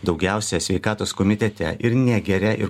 daugiausia sveikatos komitete ir negeria ir